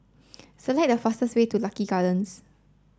select the fastest way to Lucky Gardens